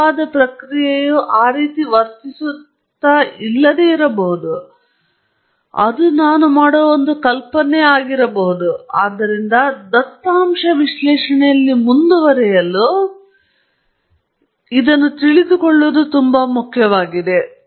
ನಿಜವಾದ ಪ್ರಕ್ರಿಯೆಯು ಆ ರೀತಿ ವರ್ತಿಸುತ್ತಿಲ್ಲದಿರಬಹುದು ಅದು ನಾನು ಮಾಡುವ ಒಂದು ಕಲ್ಪನೆಯಾಗಿದೆ ಆದ್ದರಿಂದ ದತ್ತಾಂಶ ವಿಶ್ಲೇಷಣೆಯಲ್ಲಿ ಮುಂದುವರೆಯಲು ಅದು ತುಂಬಾ ಮುಖ್ಯವಾಗಿದೆ